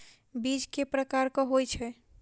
बीज केँ प्रकार कऽ होइ छै?